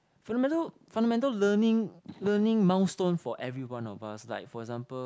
fundamental fundamental learning learning milestone for everyone of us like for example